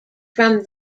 from